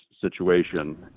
situation